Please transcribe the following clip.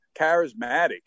charismatic